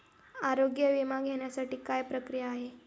आरोग्य विमा घेण्यासाठी काय प्रक्रिया आहे?